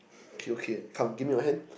okay okay come give me your hand